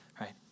right